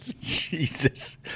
Jesus